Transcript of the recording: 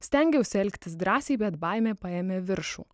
stengiausi elgtis drąsiai bet baimė paėmė viršų